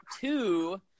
two